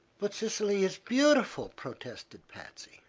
but sicily is beautiful, protested patsy.